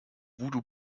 voodoo